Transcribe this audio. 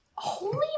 Holy